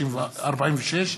246)